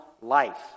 life